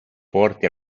forte